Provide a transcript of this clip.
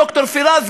ד"ר פיראס,